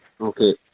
Okay